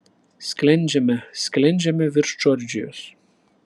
sklendžiame sklendžiame virš džordžijos